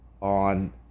on